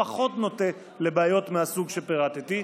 פחות נוטה לבעיות מהסוג שפירטתי,